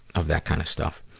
of that kind of stuff.